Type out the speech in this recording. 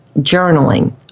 Journaling